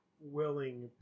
willing